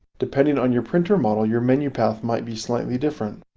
depending on your printer model your menu path might be slightly different.